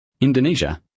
Indonesia